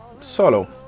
solo